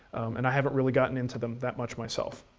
and i haven't really gotten into them that much myself.